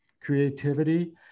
creativity